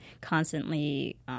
constantly